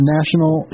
National